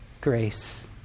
Grace